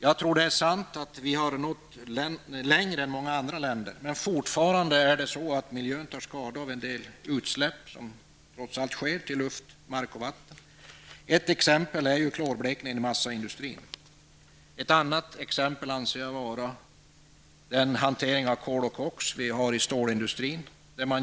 Jag tror det är sant att vi i Sverige har nått längre än i mångra andra länder. Men fortfarande tar miljön skada av en del utsläpp som trots allt sker till luft, mark och vatten. Ett exempel är utsläppen från klorblekning i massaindustrin. Ett annat exempel är den hantering av kol och koks som sker inom stårindustrin.